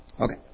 Okay